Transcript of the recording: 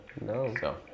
No